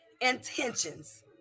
intentions